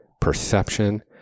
perception